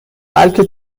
بلکه